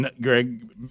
Greg